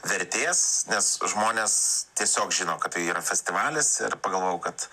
vertės nes žmonės tiesiog žino kad tai yra festivalis ir pagalvojau kad